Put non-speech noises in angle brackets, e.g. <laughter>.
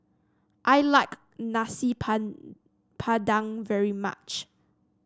I like Nasi <unintelligible> Padang very much